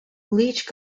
leech